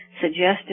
suggested